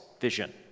vision